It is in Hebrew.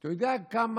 אתה יודע כמה,